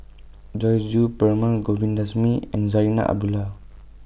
Joyce Jue Perumal Govindaswamy and Zarinah Abdullah